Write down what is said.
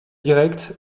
direct